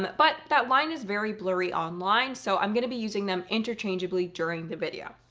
but but that line is very blurry online, so i'm gonna be using them interchangeably during the video.